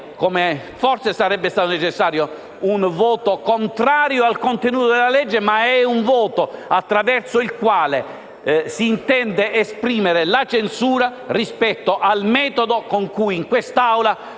forse sarebbe stato necessario, un voto contrario al contenuto della legge. È, invece, un voto attraverso il quale si intende esprimere la censura rispetto al metodo con cui, in quest'Aula, la